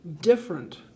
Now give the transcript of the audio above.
Different